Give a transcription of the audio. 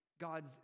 God's